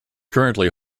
currently